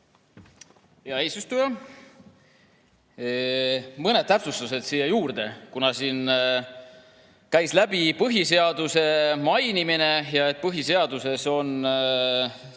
Hea eesistuja! Mõned täpsustused siia juurde. Siin käis läbi põhiseaduse mainimine ja põhiseaduses on